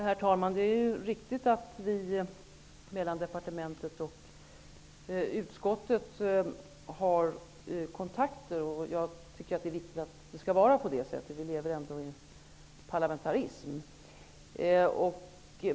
Herr talman! Det är riktigt att vi mellan departementet och utskottet har kontakter. Det är viktigt att det är på det sättet. Vi lever ändå i en parlamentarism.